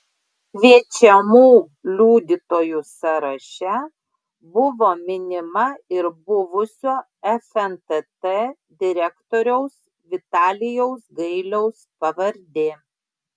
kviečiamų liudytojų sąraše buvo minima ir buvusio fntt direktoriaus vitalijaus gailiaus pavardė